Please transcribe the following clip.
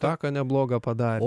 taką neblogą padarė